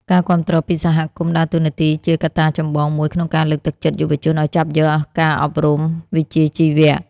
ការគាំទ្រពីសហគមន៍ ដើរតួនាទីជាកត្តាចម្បងមួយក្នុងការលើកទឹកចិត្តយុវជនឱ្យចាប់យកការអប់រំវិជ្ជាជីវៈ។